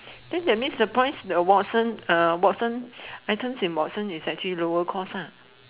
then that means the price the Watson uh Watson items in Watson is actually lower cost ah